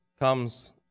comes